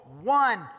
one